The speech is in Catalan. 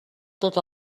tot